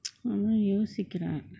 அதா யோசிக்கிர:atha yosikira